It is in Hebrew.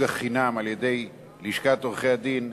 את תיקון מס' 34 לחוק לשכת עורכי-הדין.